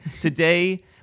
Today